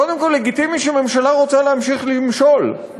קודם כול, לגיטימי שממשלה רוצה להמשיך למשול.